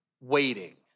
waiting